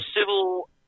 civil